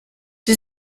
die